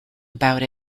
about